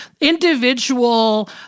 individual